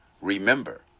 Remember